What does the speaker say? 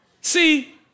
See